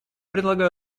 предлагаю